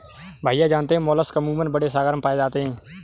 भैया जानते हैं मोलस्क अमूमन बड़े सागर में पाए जाते हैं